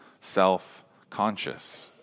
self-conscious